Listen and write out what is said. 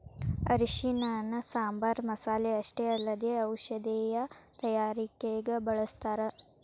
ಅರಿಶಿಣನ ಸಾಂಬಾರ್ ಮಸಾಲೆ ಅಷ್ಟೇ ಅಲ್ಲದೆ ಔಷಧೇಯ ತಯಾರಿಕಗ ಬಳಸ್ಥಾರ